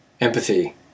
empathy